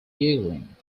giggling